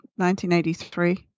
1983